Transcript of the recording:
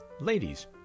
Ladies